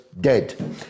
dead